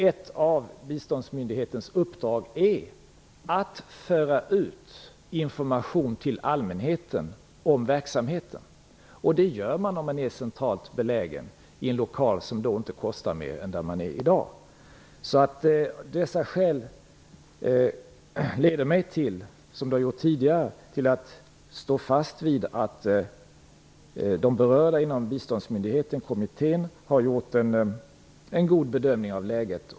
Ett av biståndsmyndighetens uppdrag är att föra ut information till allmänheten om verksamheten. Det gör man om man är centralt belägen i en lokal som inte kostar mer än den man har i dag. Dessa skäl leder mig, nu som tidigare, till att stå fast vid att kommittén inom biståndsmyndigheten har gjort en god bedömning av läget.